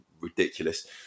ridiculous